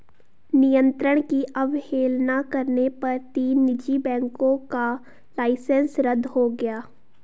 नियंत्रण की अवहेलना करने पर तीन निजी बैंकों का लाइसेंस रद्द हो गया